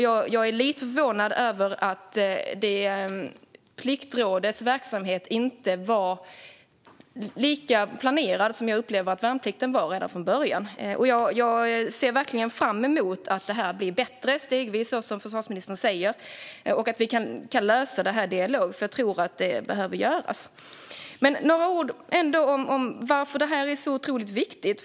Jag är lite förvånad över att Pliktrådets verksamhet inte var lika planerad som jag upplever att värnplikten var redan från början. Jag ser verkligen fram emot att detta blir bättre stegvis, så som försvarsministern säger, och att vi kan lösa detta i dialog. Det tror jag nämligen behöver göras. Jag vill säga några ord om varför detta är så otroligt viktigt.